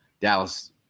Dallas